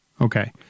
Okay